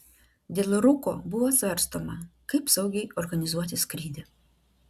dėl rūko buvo svarstoma kaip saugiai organizuoti skrydį